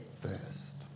first